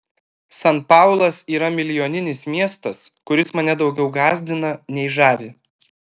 san paulas yra milijoninis miestas kuris mane daugiau gąsdina nei žavi